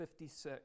56